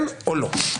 כן או לא?